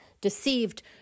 deceived